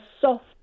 soft